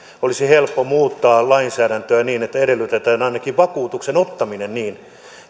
olisi helppo muuttaa lainsäädäntöä niin että edellytetään ainakin vakuutuksen ottaminen niin